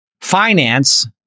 finance